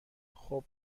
خوب